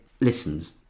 listens